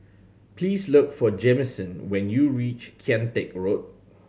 please look for Jamison when you reach Kian Teck Road